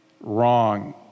wrong